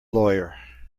lawyer